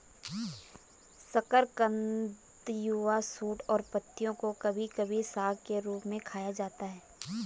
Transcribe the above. शकरकंद युवा शूट और पत्तियों को कभी कभी साग के रूप में खाया जाता है